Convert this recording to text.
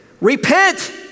Repent